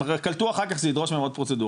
הם קלטו אחר כך שזה ידרוש מהם עוד פרוצדורה,